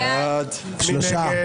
מי נגד?